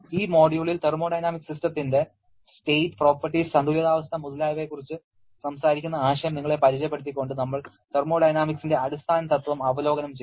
ഈ മൊഡ്യൂളിൽ തെർമോഡൈനാമിക് സിസ്റ്റത്തിന്റെ സ്റ്റേറ്റ് പ്രോപ്പർട്ടീസ് സന്തുലിതാവസ്ഥ മുതലായവയെക്കുറിച്ച് സംസാരിക്കുന്ന ആശയം നിങ്ങളെ പരിചയപ്പെടുത്തിക്കൊണ്ട് നമ്മൾ തെർമോഡൈനാമിക്സിന്റെ അടിസ്ഥാന തത്വം അവലോകനം ചെയ്തു